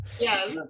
Yes